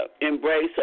embrace